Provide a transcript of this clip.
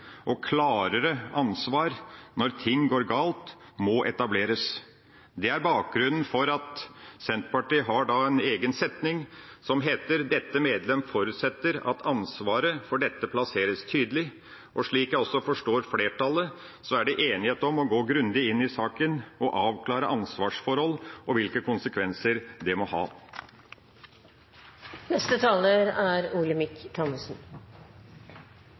og klarere ansvar når ting går galt, må etableres. Det er bakgrunnen for at Senterpartiet har en egen setning: «Dette medlem forutsetter at ansvaret for dette plasseres tydelig.» Slik jeg forstår flertallet, er det enighet om å gå grundig inn i saken og avklare ansvarsforhold og hvilke konsekvenser det må ha. Det er